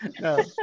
No